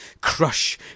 crush